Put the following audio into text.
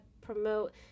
promote